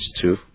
two